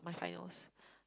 my finals